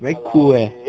very cool eh